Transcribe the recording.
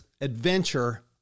adventure